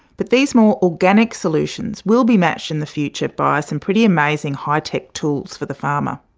but these more organic solutions will be matched in the future by some pretty amazing high-tech tools for the farmer.